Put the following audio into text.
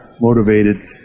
motivated